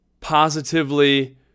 positively